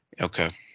Okay